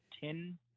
ten